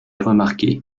remarquer